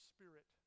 Spirit